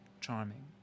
Charming